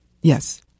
Yes